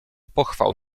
pochwał